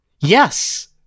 Yes